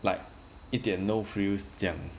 like 一点 no frills 这样